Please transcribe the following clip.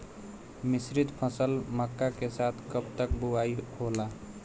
मिश्रित फसल मक्का के साथ कब तक बुआई होला?